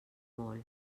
molt